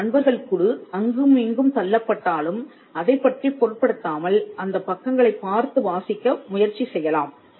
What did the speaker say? உங்களது நண்பர்கள் குழு அங்கும் இங்கும் தள்ளப்பட்டாலும் அதைப்பற்றிப் பொருட்படுத்தாமல் அந்தப் பக்கங்களைப் பார்த்து வாசிக்க முயற்சி செய்யலாம்